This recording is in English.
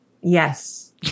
Yes